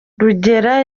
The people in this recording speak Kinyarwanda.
rugera